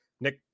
Nick